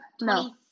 No